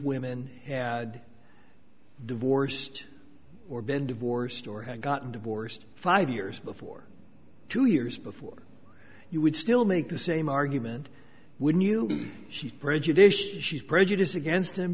women and divorced or been divorced or had gotten divorced five years before two years before you would still make the same argument when you she's bridge edition she's prejudiced against him